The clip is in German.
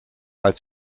als